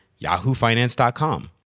yahoofinance.com